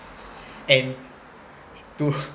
and to